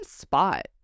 spot